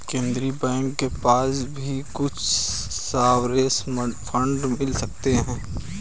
केन्द्रीय बैंक के पास भी कुछ सॉवरेन फंड मिल सकते हैं